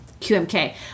QMK